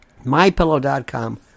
MyPillow.com